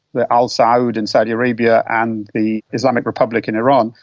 the al-saud in saudi arabia and the islamic republic in iran,